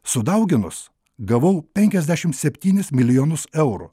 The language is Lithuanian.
sudauginus gavau penkiasdešim septynis milijonus eurų